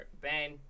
Ben